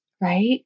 right